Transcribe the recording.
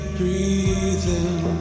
breathing